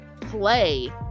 play